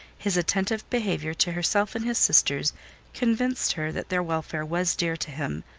his attentive behaviour to herself and his sisters convinced her that their welfare was dear to him,